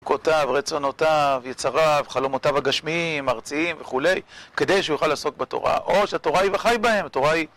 כותב, רצונותיו, יצריו, חלומותיו הגשמיים, הארציים, וכולי, כדי שהוא יוכל לעסוק בתורה, או שהתורה היא וחי בהם, התורה היא...